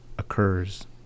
occurs